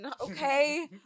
Okay